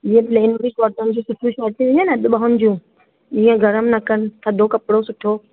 जीअं प्लेन में बि कॉटन जी सुठी शर्टूं ईंदियूं आहिनि न अधि ॿाहुंनि जूं ईअं गरम न कन थदो कपिड़ो सुठो